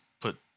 put